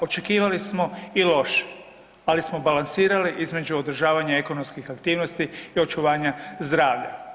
Očekivali smo i loše, ali smo balansirali između održavanja ekonomskih aktivnosti i očuvanja zdravlja.